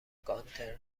گانتر